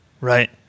Right